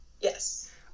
Yes